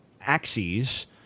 axes